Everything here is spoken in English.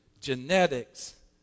Genetics